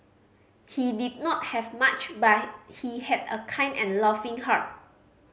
he did not have much but he had a kind and loving heart